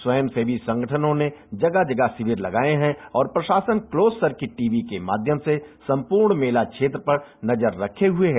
स्वयंसेवी संगठनों ने जगह जगह शिविर लगाये हैं और प्रशासन क्लोस सर्किट टी वी के माध्यम से सम्पूर्ण मेला क्षेत्र पर नजर रखे हुए है